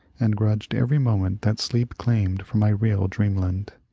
and grudged every moment that sleep claimed from my real dreamland.